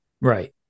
Right